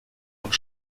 und